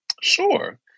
Sure